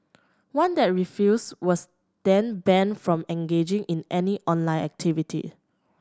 one that refused was then banned from engaging in any online activity